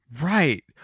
Right